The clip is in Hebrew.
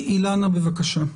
אילנה, בבקשה.